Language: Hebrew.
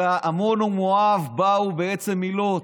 אלא שעמון ומואב באו בעצם מלוט,